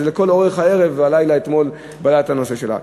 לכל אורך הערב והלילה אתמול בלט הנושא שלה.